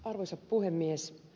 arvoisa puhemies